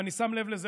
ואני שם לב לזה,